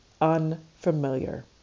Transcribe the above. unfamiliar